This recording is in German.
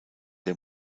der